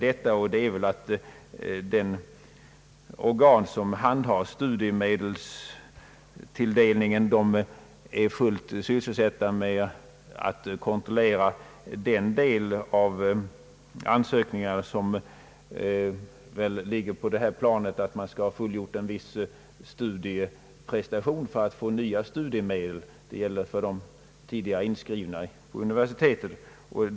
De organ som handhar studiemedelstilldelningen är tydligen fullt sysselsatta med att kontrollera den del av ansökningarna som ligger på det planet att den sökande skall ha fullgjort en viss studieprestation för att få nya studiemedel. Detta gäller ju för de tidigare inskrivna på universiteten.